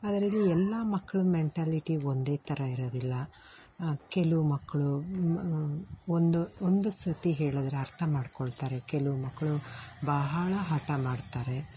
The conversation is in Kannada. ಆದ್ರಿಲ್ಲಿ ಎಲ್ಲ ಮಕ್ಳ ಮೆಂಟಾಲಿಟಿ ಒಂದೇ ಥರ ಇರೋದಿಲ್ಲ ಕೆಲವು ಮಕ್ಕಳು ಒಂದು ಒಂದು ಸರ್ತಿ ಹೇಳದ್ರೆ ಅರ್ಥ ಮಾಡ್ಕೊಳ್ತಾರೆ ಕೆಲವು ಮಕ್ಕಳು ಬಹಳ ಹಠ ಮಾಡ್ತಾರೆ